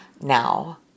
now